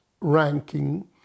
ranking